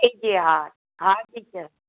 जी जी हा हा टीचर